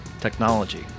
technology